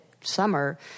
summer